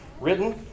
written